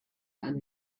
and